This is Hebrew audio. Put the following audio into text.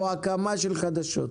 -- או הקמה של חדשות?